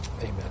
Amen